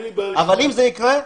אבל אם זה יקרה?